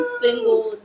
single